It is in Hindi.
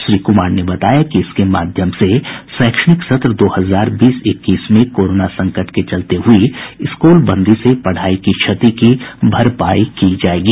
श्री कुमार ने बताया कि इसके माध्यम से शैक्षणिक सत्र दो हजार बीस इक्कीस में कोरोना संकट के चलते हुई स्कूल बंदी से पढ़ाई की क्षति की भरपाई की जायेगी